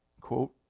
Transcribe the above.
quote